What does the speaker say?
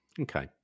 Okay